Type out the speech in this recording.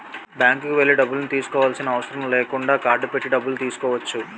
బ్యాంక్కి వెళ్లి డబ్బులను తీసుకోవాల్సిన అవసరం లేకుండా కార్డ్ పెట్టి డబ్బులు తీసుకోవచ్చు